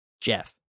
Jeff